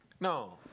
No